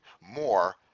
more